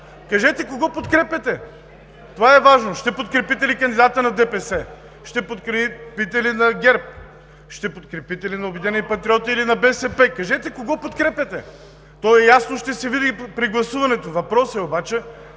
Кажете кого подкрепяте?! Това е важно! Ще подкрепите ли кандидата на ДПС? Ще подкрепите ли на ГЕРБ? Ще подкрепите ли на „Обединените патриоти“ или на БСП? Кажете кого подкрепяте?! То е ясно, че ще се види при гласуването. Въпросът е обаче…